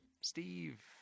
Steve